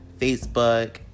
Facebook